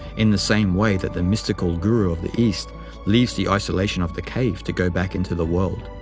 in the same way that the mystical guru of the east leaves the isolation of the cave to go back into the world.